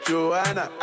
Joanna